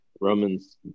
Romans